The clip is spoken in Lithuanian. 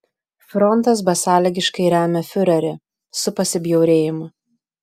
frontas besąlygiškai remia fiurerį su pasibjaurėjimu